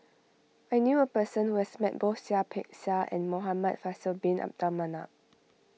I knew a person who has met both Seah Peck Seah and Muhamad Faisal Bin Abdul Manap